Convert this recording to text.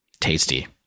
tasty